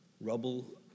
rubble